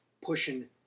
pushing